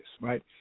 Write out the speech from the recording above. right